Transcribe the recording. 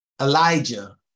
Elijah